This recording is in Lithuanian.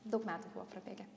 daug metų buvo prabėgę